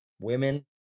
Women